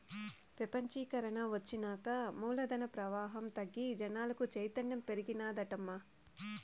పెపంచీకరన ఒచ్చినాక మూలధన ప్రవాహం తగ్గి జనాలకు చైతన్యం పెరిగినాదటమ్మా